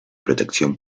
protección